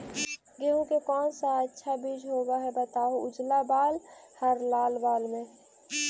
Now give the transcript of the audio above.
गेहूं के कौन सा अच्छा बीज होव है बताहू, उजला बाल हरलाल बाल में?